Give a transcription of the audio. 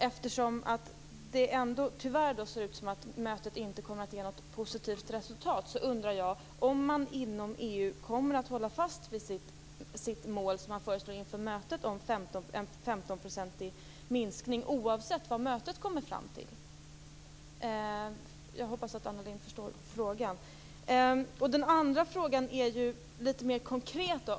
Eftersom det tyvärr ser ut som om mötet inte kommer att ge något positivt resultat undrar jag om man inom EU kommer att hålla fast vid sitt mål om en femtonprocentig minskning, som man föreslår inför mötet, oavsett vad mötet kommer fram till. Jag hoppas att Anna Lindh förstår frågan. Den andra frågan är litet mer konkret.